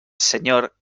señor